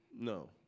No